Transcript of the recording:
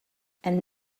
and